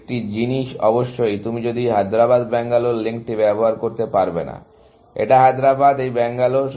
একটি জিনিস অবশ্যই তুমি এই হায়দ্রাবাদ ব্যাঙ্গালোর লিঙ্কটি ব্যবহার করতে পারবে না এটা হায়দ্রাবাদ এই ব্যাঙ্গালোর